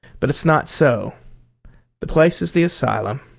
but it's not so the place is the asylum.